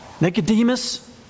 Nicodemus